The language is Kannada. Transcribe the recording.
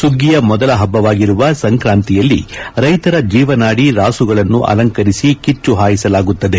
ಸುಗ್ಗಿಯ ಮೊದಲ ಪಬ್ಲವಾಗಿರುವ ಸಂಕ್ರಾಂತಿಯಲ್ಲಿ ಕೈತರ ಜೀವನಾಡಿ ರಾಸುಗಳನ್ನು ಆಲಂಕರಿಸಿ ಕೆಚ್ಚು ಹಾಯಿಸಲಾಗುತ್ತದೆ